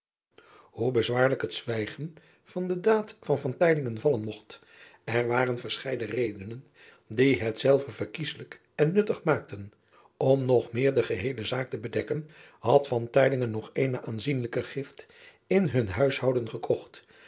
oe bezwaarlijk het zwijgen van de daad van vallen mogt er waren verscheiden redenen die het zelve verkieslijk en nuttig maakten m nog meer de geheele zaak te bedekken had nog eene aanzienlijke gift in hun huishouden gekocht